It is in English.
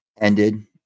ended